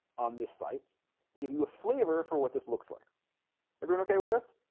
on this site give you a flavor for what this looks like everyone okay with us